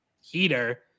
heater